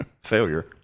failure